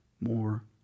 more